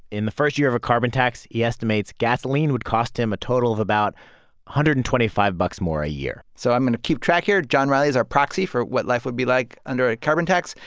in the first year of a carbon tax, he estimates gasoline would cost him a total of about one hundred and twenty five dollars but more a year so i'm going to keep track here. john reilly is our proxy for what life would be like under a carbon tax.